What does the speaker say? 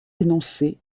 énoncés